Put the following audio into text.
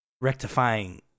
rectifying